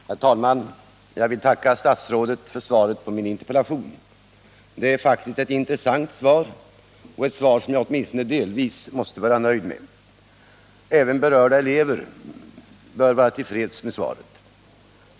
Herr talman! Jag vill tacka statsrådet för svaret på min interpellation. Det är faktiskt ett intressant svar och ett svar som jag åtminstone delvis måste vara nöjd med. Även berörda elever bör vara till freds med svaret.